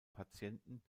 patienten